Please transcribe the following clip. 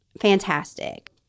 fantastic